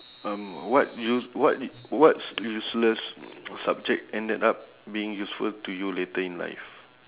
um what use~ what u~ what's useless subject ended up being useful to you later in life